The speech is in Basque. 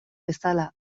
bezala